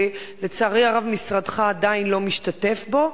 ולצערי הרב משרדך עדיין לא משתתף בו.